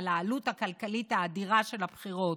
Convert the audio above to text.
על העלות הכלכלית האדירה של הבחירות,